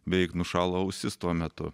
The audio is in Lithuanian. beveik nušalo ausis tuo metu